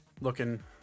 looking